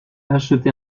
acheté